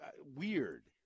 weird